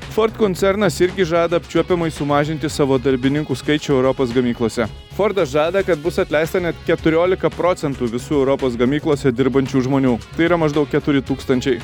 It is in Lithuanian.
ford koncernas irgi žada apčiuopiamai sumažinti savo darbininkų skaičių europos gamyklose fordas žada kad bus atleista net keturiolika procentų visų europos gamyklose dirbančių žmonių tai yra maždaug keturi tūkstančiai